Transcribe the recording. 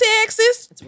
Texas